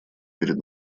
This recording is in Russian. перед